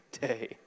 day